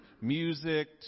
music